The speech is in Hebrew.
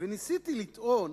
וניסיתי לטעון